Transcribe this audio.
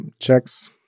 checks